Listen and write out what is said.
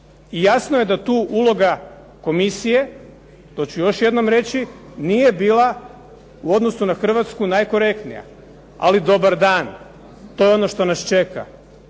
I jasno je da tu uloga komisije, to ću još jednom reći, nije bila u odnosu na Hrvatsku najkorektnija. Ali dobar dan! To je ono što nas čeka.